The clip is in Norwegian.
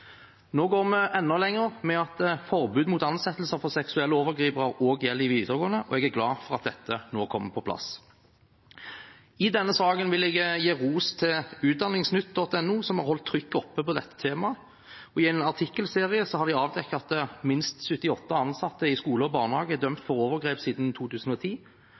Nå går vi enda lenger ved at forbud mot ansettelse av seksuelle overgripere også skal gjelde i videregående, og jeg er glad for at dette nå kommer på plass. I denne saken vil jeg gi ros til utdanningsnytt.no, som har holdt trykket oppe om dette teamet. I en artikkelserie har de avdekket at minst 78 ansatte i skole og barnehage er dømt for overgrep siden 2010,